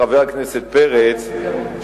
חבר הכנסת פרץ,